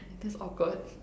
that's awkward